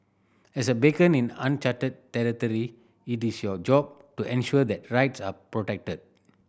as a beacon in uncharted territory it is your job to ensure that rights are protected